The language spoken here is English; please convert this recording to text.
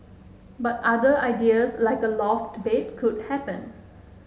but other ideas like a loft bed could happen